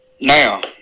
Now